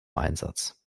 einsatz